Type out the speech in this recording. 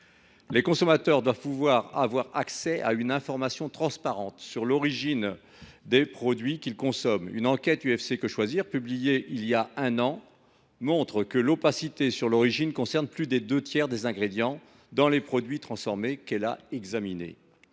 Les consommateurs doivent avoir accès à une information transparente sur l’origine des produits qu’ils consomment. Une enquête de l’association UFC Que Choisir, publiée il y a un an, montre que l’opacité sur l’origine concerne plus des deux tiers des ingrédients dans les produits transformés qu’elle a examinés.